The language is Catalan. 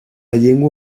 llengua